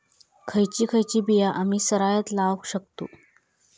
खयची खयची बिया आम्ही सरायत लावक शकतु?